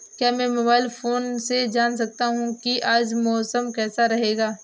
क्या मैं mobile phone से जान सकता हूँ कि आज मौसम कैसा रहेगा?